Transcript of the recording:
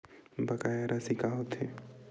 बकाया राशि का होथे?